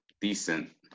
decent